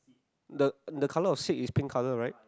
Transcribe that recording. the colour of seat is pink colour right